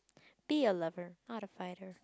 be a lover not a fighter